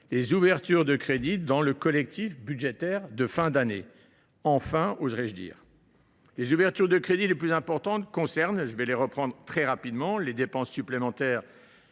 les ouvertures de crédits dans le collectif budgétaire de fin d’année. Les ouvertures de crédit les plus importantes concernent, pour les citer très rapidement, les dépenses supplémentaires